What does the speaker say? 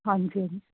ਹਾਂਜੀ ਹਾਂਜੀ